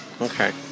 Okay